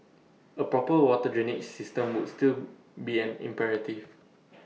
A proper water drainage system would still be an imperative